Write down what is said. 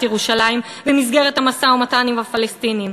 ירושלים במסגרת המשא-ומתן עם הפלסטינים,